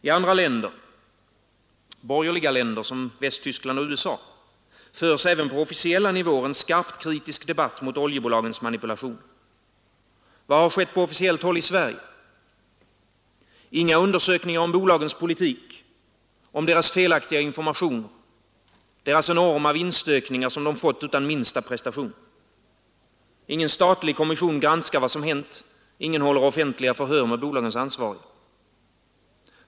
I andra länder — borgerliga länder som Västtskland och USA — förs även på officiella nivåer en skarpt kritisk debatt mot oljebolagens manipulationer. Vad har skett på officiellt håll i Sverige? Inga undersökningar av bolagens politik, om deras felaktiga informationer, av deras enorma vinstökningar som de fått utan minsta prestation. Ingen statlig kommission granskar vad som hänt, ingen håller offentliga förhör med bolagens ansvariga.